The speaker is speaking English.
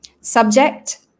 subject